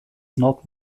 not